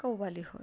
कव्वाली होय